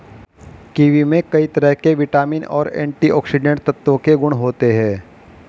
kiwi में कई तरह के विटामिन और एंटीऑक्सीडेंट तत्व के गुण होते है